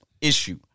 issue